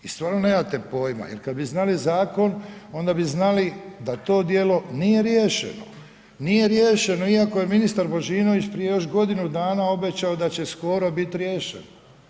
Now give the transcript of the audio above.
I stvarno nemate pojma jer kada bi znali zakon onda bi znali da to djelo nije riješeno, nije riješeno iako je ministar Božinović prije još godinu danas obećao da će skoro biti riješeno.